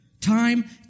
Time